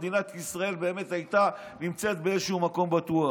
מדינת ישראל הייתה נמצאת באיזשהו מקום בטוח.